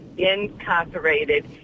incarcerated